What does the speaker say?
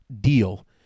deal